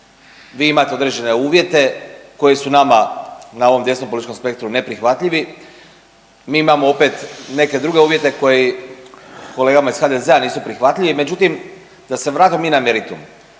Vi imate određene uvjete koji su nama na ovom desnom političkom spektru neprihvatljivi, mi imamo opet neke druge uvjete koji kolegama iz HDZ-a nisu prihvatljivi. Međutim, da se vratimo mi na meritum,